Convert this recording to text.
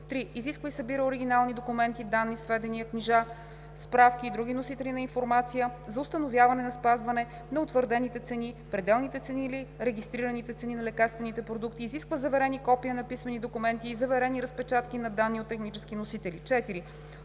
3. изисква и събира оригинални документи, данни, сведения, книжа, справки и други носители на информация за установяването на спазване на утвърдените цени, пределните цени или регистрираните цени на лекарствените продукти; изисква заверени копия на писмените документи и заверени разпечатки на данни от технически носители; 4.